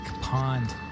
pond